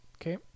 Okay